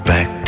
Back